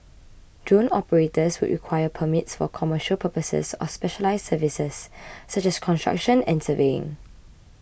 drone operators would require permits for commercial purposes or specialised services such as construction and surveying